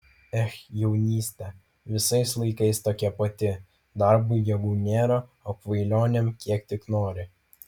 ech jaunystė visais laikais tokia pati darbui jėgų nėra o kvailionėm kiek tik nori